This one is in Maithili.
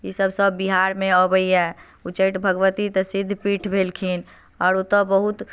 इसब सब बिहार मे अबैया उच्चैठ भगवती तऽ सिद्ध पीठ भेलखिन आओर ओतऽ बहुत